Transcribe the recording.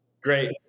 Great